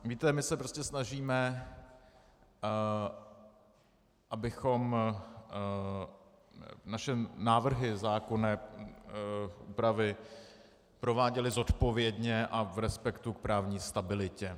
Víte, my se prostě snažíme, abychom naše návrhy zákonné úpravy prováděli zodpovědně a v respektu k právní stabilitě.